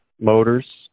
motors